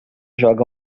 joga